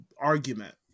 argument